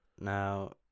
Now